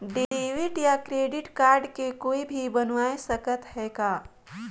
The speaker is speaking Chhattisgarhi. डेबिट या क्रेडिट कारड के कोई भी बनवाय सकत है का?